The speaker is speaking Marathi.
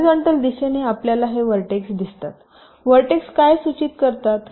हॉरीझॉन्टल दिशेने आपल्याला हे व्हर्टेक्स दिसतात व्हर्टेक्स काय सूचित करतात